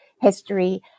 history